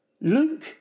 Luke